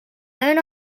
own